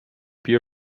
beer